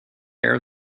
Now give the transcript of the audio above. care